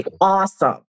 awesome